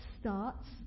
starts